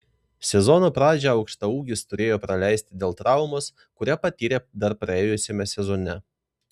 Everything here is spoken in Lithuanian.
sezono pradžią aukštaūgis turėjo praleisti dėl traumos kurią patyrė dar praėjusiame sezone